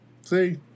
see